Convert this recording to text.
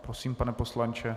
Prosím, pane poslanče.